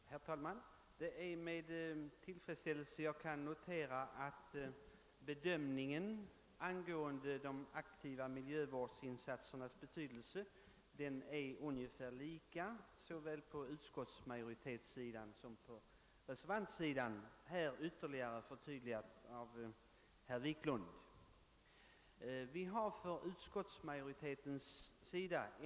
Herr talman! Det är med tillfredsställelse jag kan notera att bedömningen angående de aktiva miljövårdsinsatsernas betydelse är ungefär densamma såväl på utskottsmajoritetens som på reservanternas sida, beträffande de sistnämnda ytterligare förtydligad av herr Wiklund i Härnösand.